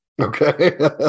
Okay